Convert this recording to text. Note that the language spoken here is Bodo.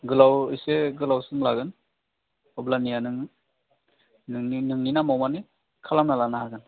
गोलाव इसे गोलाव सम लागोन अब्लानिया नों नोंनि नामआव माने खालामना लानो हागोन